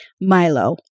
Milo